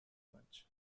much